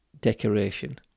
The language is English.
decoration